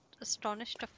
astonished